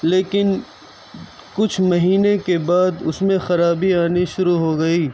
لیکن کچھ مہینے کے بعد اس میں خرابی آنی شروع ہوگئی